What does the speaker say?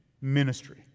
ministry